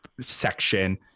section